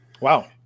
Wow